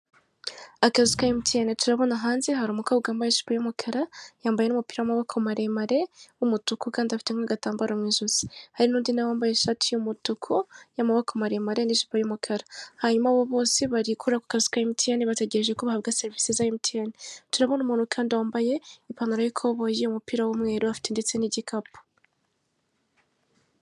Akazu ka MTN turabona hanze hari umukobwa wambaye ijipo y'umukara yambaye n'umupira w'amaboko maremare w'umutuku kandi afite agatambaro mu ijosi hari n'undi nawe wambaye ishati y'umutuku y'amaboko maremare n'ijipo y'umukara hanyuma abo bose barigukora ku kazu ka MTN bategereje ko bahabwa serivisi za MTN turabona umuntu kandi wambaye ipantaro y'ikoboyi umupira w'umweru afite ndetse n'igikapu.